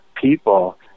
People